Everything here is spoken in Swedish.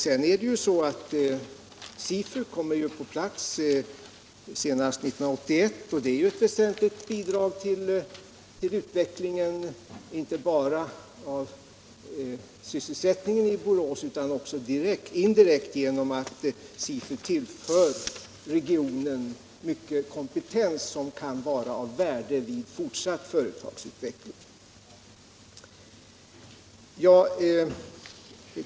Sedan kommer ju SIFU på plats i Borås senast 1981. Det är ett väsentligt bidrag till utvecklingen, inte bara för sysselsättningen i Borås utan också indirekt genom att SIFU tillför regionen stor kompetens som kan vara av värde vid fortsatt företagsutveckling.